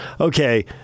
okay